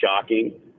shocking